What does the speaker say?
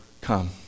come